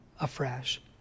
afresh